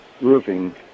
Roofing